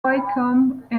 wycombe